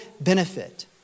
benefit